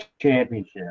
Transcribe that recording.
championship